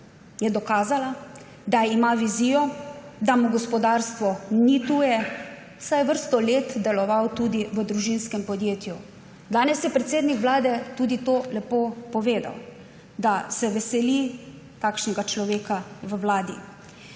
je dokazala, da ima vizijo, da mu gospodarstvo ni tuje, saj je vrsto let deloval tudi v družinskem podjetju. Danes je predsednik Vlade tudi lepo povedal to, da se veseli takšnega človeka v Vladi.